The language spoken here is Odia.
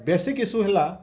ବେଶୀ କିସୁ ହେଲା